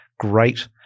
Great